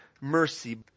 mercy